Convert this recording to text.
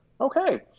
Okay